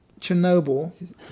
Chernobyl